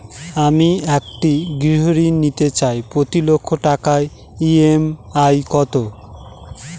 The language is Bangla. আমি একটি গৃহঋণ নিতে চাই প্রতি লক্ষ টাকার ই.এম.আই কত?